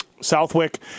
Southwick